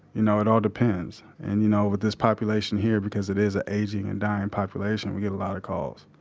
you know it all depends. and you know with this population here, because it is an aging and dying population, we get a lot of calls